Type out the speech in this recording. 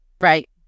right